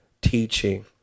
teaching